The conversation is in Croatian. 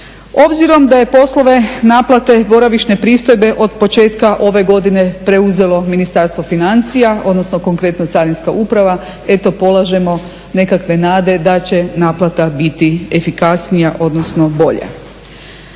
Obzirom da je poslove naplate boravišne pristojbe od početka ove godine preuzelo Ministarstvo financija, odnosno konkretno carinska uprava, eto, polažemo nekakve nade da će naplata biti efikasnija, odnosno bolja.